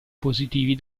positivi